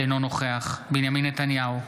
אינו נוכח בנימין נתניהו,